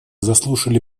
заслушали